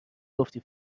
گفتی